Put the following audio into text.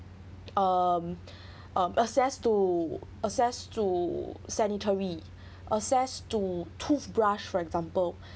um um access to access to sanitary access to toothbrush for example